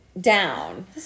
down